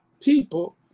people